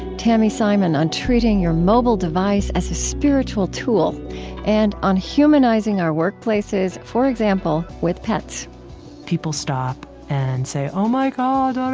tami simon on treating your mobile device as a spiritual tool and on humanizing our workplaces, for example, with pets people stop and say, oh, my god.